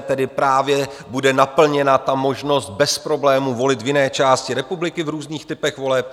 Tady právě bude naplněna možnost bez problémů volit v jiné části republiky, v různých typech voleb.